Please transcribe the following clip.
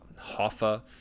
Hoffa